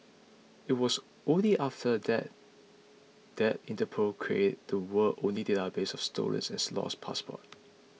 it was only after that that Interpol created the world's only database of and lost passports